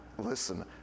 listen